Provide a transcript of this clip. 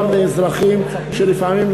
גם לאזרחים שלפעמים,